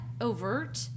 overt